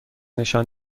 نشان